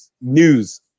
news